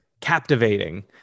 captivating